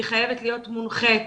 היא חייבת להיות מונחית,